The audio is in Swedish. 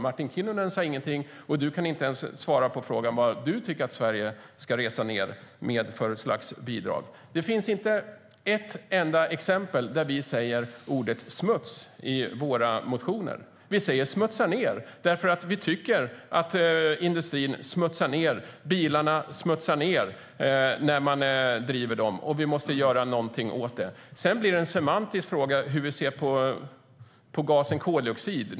Martin Kinnunen sa ingenting, och Josef Fransson kan inte ens svara på frågan vad han tycker att Sverige ska bidra med. Det finns inte ett enda exempel där vi skriver ordet smuts i våra motioner. Vi säger "smutsa ned" därför att vi tycker att industrin och bilarna smutsar ned, och något måste göras. Sedan blir det en semantisk fråga hur vi ser på gasen koldioxid.